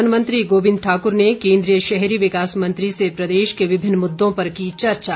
वनमंत्री गोबिंद ठाक्र ने केन्द्रीय शहरी विकास मंत्री से प्रदेश के विभिन्न मुद्दों पर की चर्चा